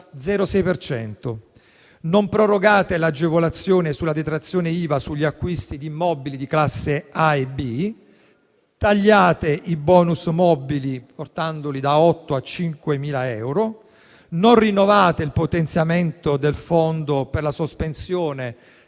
cento. Non prorogate l’agevolazione sulla detrazione IVA per gli acquisti di immobili di classe A e B, tagliate i bonus mobili, portandoli da 8.000 a 5.000 euro, non rinnovate il potenziamento del fondo per la sospensione